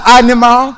animal